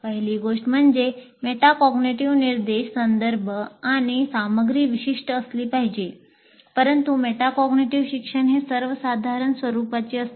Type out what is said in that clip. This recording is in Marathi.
पहिली गोष्ट म्हणजे मेटाकॅग्निटिव्ह निर्देश संदर्भ आणि सामग्री विशिष्ट असले पाहिजेत परंतु मेटाकॉग्निटिव्ह शिक्षण हे सर्वसाधारण स्वरूपाचे असते